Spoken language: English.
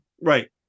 right